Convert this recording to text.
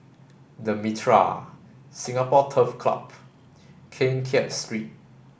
the Mitraa Singapore Turf Club Keng Kiat Street